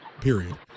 Period